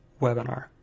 webinar